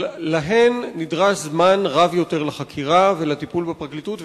שלהם נדרש זמן רב יותר לחקירה ולטיפול בפרקליטות.